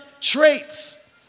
traits